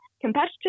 competitive